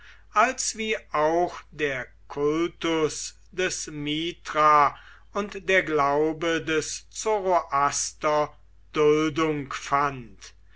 als wie auch der kultus des mithra und der glaube des zornaster duldung fand